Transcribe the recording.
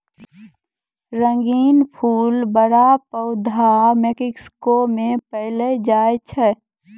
रंगीन फूल बड़ा पौधा मेक्सिको मे पैलो जाय छै